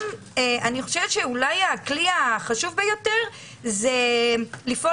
אני חושבת שאולי הכלי החשוב ביותר זה לפעול